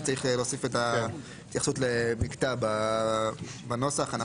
צריך להוסיף את ההתייחסות למקטע בנוסח.